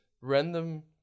random